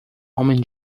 homem